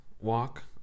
walk